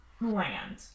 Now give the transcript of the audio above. land